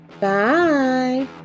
Bye